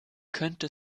könnte